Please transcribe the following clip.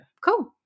Cool